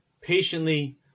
patiently